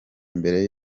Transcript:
mbere